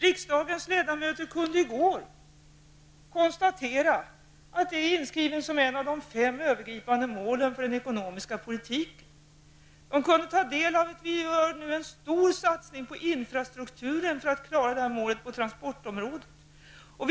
Riksdagens ledamöter kunde i går konstatera att detta är inskrivet som ett av de fem övergripande målen för den ekonomiska politiken. De fick vetskap om de stora satsningar på infrastrukturen som vi gör för att klara målet på transportområdet.